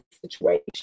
situation